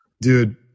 dude